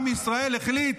עם ישראל החליט,